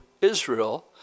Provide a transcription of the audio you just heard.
Israel